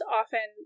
often